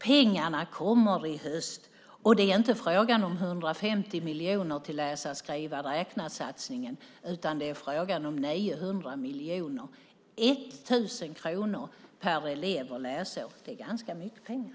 Pengarna kommer i höst. Det är inte fråga om 150 miljoner till läsa-skriva-räkna-satsningen, utan det är fråga om 900 miljoner, 1 000 kronor per elev och läsår. Det är ganska mycket pengar.